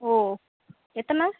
ஓ எத்தனை